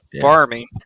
Farming